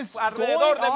alrededor